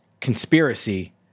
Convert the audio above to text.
conspiracy